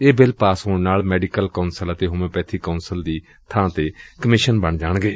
ਇਹ bill pass ਹੋਣ ਨਾਲ ਮੈਡੀਕਲ ਕੌਂਸਲ ਅਤੇ ਹੋਮਿਓਪੈਥੀ ਕੌਂਸਲ ਦੀ ਥਾਂ ਕਮਿਸ਼ਨ ਬਣ ਜਾਣਗੇ